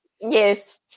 Yes